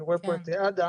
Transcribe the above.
אני רואה פה את אדם